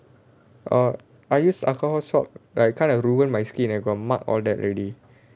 err I use alcohol swab like kind of ruined my skin eh got mark all that already